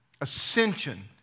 ascension